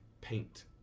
paint